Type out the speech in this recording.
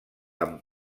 amb